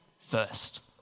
first